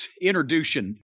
introduction